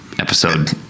episode